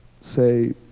say